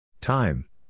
Time